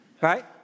Right